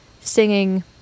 singing